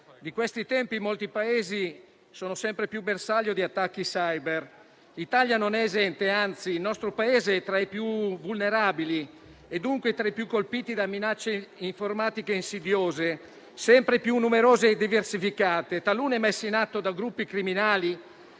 di questi tempi molti Paesi sono sempre più bersaglio di attacchi *cyber*. L'Italia non ne è esente, anzi il nostro Paese è tra i più vulnerabili e dunque tra i più colpiti da minacce informatiche insidiose, sempre più numerose e diversificate, talune messe in atto da gruppi criminali,